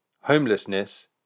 homelessness